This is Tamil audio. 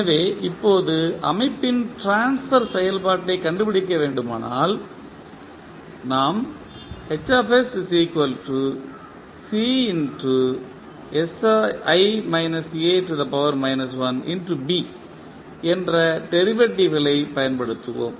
எனவே இப்போது அமைப்பின் ட்ரான்ஸ்பர் செயல்பாட்டைக் கண்டுபிடிக்க வேண்டுமானால் நாம் Hs CsI A 1B என்ற டெரிவேட்டிவ்களைப் பயன்படுத்துவோம்